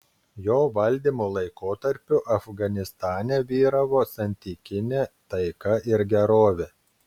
jo valdymo laikotarpiu afganistane vyravo santykinė taika ir gerovė